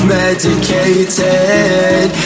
medicated